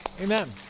amen